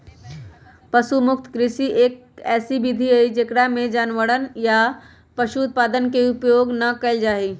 पशु मुक्त कृषि, एक ऐसी विधि हई जेकरा में जानवरवन या पशु उत्पादन के उपयोग ना कइल जाहई